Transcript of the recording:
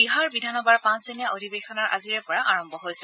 বিহাৰ বিধানসভাৰ পাঁচ দিনীয়া অধিৱেশন আজিৰে পৰা আৰম্ভ হৈছে